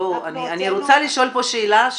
אני רוצה לשאול פה שאלה.